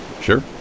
Sure